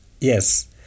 Yes